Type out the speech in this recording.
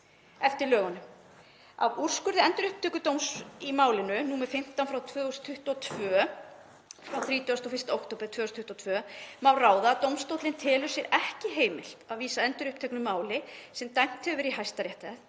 eftir lögunum. Af úrskurði Endurupptökudóms í máli nr. 15/2022 frá 31. október 2022 má ráða að dómstóllinn telur sér ekki heimilt að vísa enduruppteknu máli, sem dæmt hefur verið í Hæstarétti,